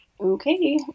Okay